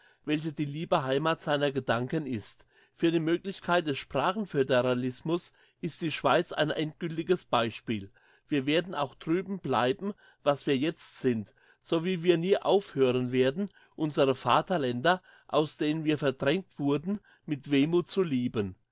welche die liebe heimat seiner gedanken ist für die möglichkeit des sprachenföderalismus ist die schweiz ein endgiltiges beispiel wir werden auch drüben bleiben was wir jetzt sind sowie wir nie aufhören werden unsere vaterländer aus denen wir verdrängt wurden mit wehmuth zu lieben